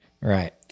right